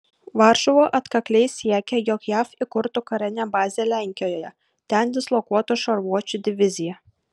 varšuva atkakliai siekia jog jav įkurtų karinę bazę lenkijoje ten dislokuotų šarvuočių diviziją